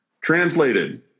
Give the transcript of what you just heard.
Translated